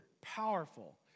powerful